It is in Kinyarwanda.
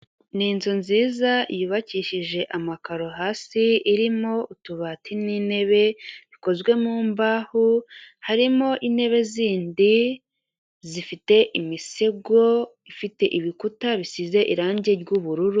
Ni inzu nziza yubakishije amakaro hasi irimo utubati n'intebe bikozwe mu mbaho, harimo intebe zindi zifite imisego, ifite ibikuta bisize irangi ry'ubururu.